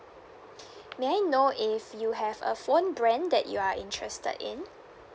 may I know if you have a phone brand that you are interested in